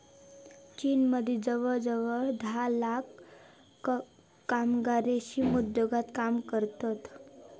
चीनमदी जवळजवळ धा लाख कामगार रेशीम उद्योगात काम करतत